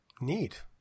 Neat